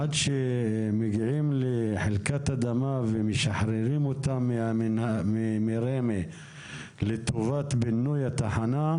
עד שמגיעים לחלקת אדמה ומשחררים אותה מרמ"י לטובת בינוי התחנה,